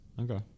Okay